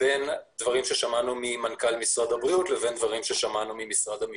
בין דברים ששמענו ממנכ"ל משרד הבריאות לבין דברים ששמענו ממשרד המשפטים.